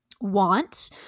want